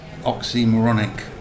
Oxymoronic